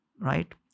right